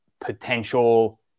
potential